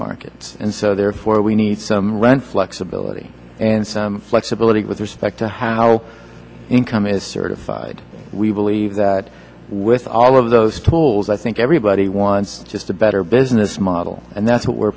market and so therefore we need some rent flexibility and some flexibility with respect to how income is certified we believe that with all of those tools i think everybody wants just a better business model and that's what we're